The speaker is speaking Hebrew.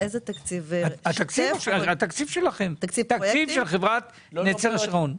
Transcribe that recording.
התקציב של חברת "נצר השרון".